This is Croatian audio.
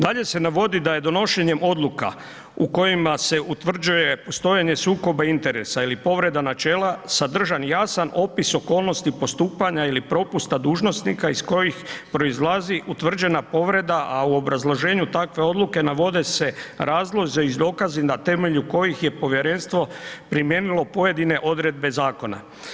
Dalje se navodi da je donošenjem odluka u kojima se utvrđuje postojanje sukoba interesa ili povreda načela sadržan i jasan opis okolnosti postupanja ili propusta dužnosnika iz kojih proizlazi utvrđena povreda, a u obrazloženju takve odluke navode se razlozi i dokazi na temelju kojih je povjerenstvo primijenilo pojedine odredbe zakona.